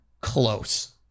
close